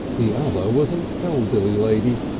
the other was an elderly lady,